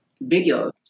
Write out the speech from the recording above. video